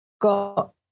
got